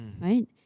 right